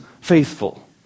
faithful